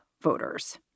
voters